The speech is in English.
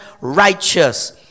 righteous